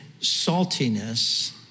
saltiness